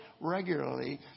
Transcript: regularly